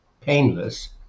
painless